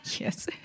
yes